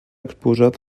exposat